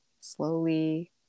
slowly